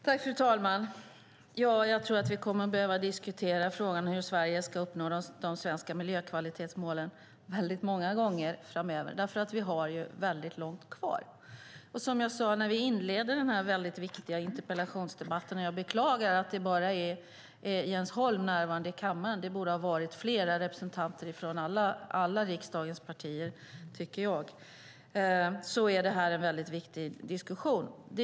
Fru talman! Ja, jag tror att vi kommer att behöva diskutera frågan hur Sverige ska uppnå de svenska miljökvalitetsmålen många gånger framöver, för vi har väldigt långt kvar. Som jag sade när vi inledde den här viktiga interpellationsdebatten är det här en väldigt viktig diskussion. Jag beklagar att det bara är Jens Holm som är närvarande i kammaren. Det borde ha varit flera representanter från alla riksdagens partier, tycker jag.